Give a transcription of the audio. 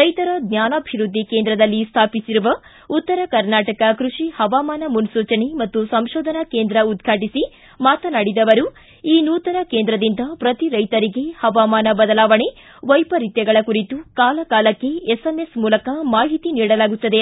ರೈತರ ಜ್ವಾನಾಭಿವೃದ್ದಿ ಕೇಂದ್ರದಲ್ಲಿ ಸ್ಮಾಪಿಸಿರುವ ಉತ್ತರ ಕರ್ನಾಟಕ ಕೃಷಿ ಪವಾಮಾನ ಮುನ್ಲೂಚನೆ ಮತ್ತು ಸಂಶೋಧನಾ ಕೇಂದ್ರ ಉದ್ಘಾಟಿಸಿ ಮಾತನಾಡಿದ ಅವರು ಈ ನೂತನ ಕೇಂದ್ರದಿಂದ ಪ್ರತಿ ರೈತರಿಗೆ ಹವಾಮಾನ ಬದಲಾವಣೆ ವೈಪರೀತ್ವಗಳ ಕುರಿತು ಕಾಲಕಾಲಕ್ಕೆ ಎಸ್ಎಂಎಸ್ ಮೂಲಕ ಮಾಹಿತಿ ನೀಡಲಾಗುತ್ತದೆ